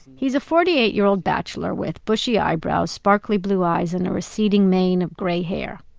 he's a forty eight year old bachelor with bushy eyebrows, sparkly blue eyes, and a receding mane of gray hair,